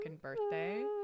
birthday